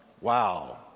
Wow